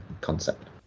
concept